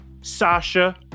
Sasha